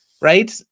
right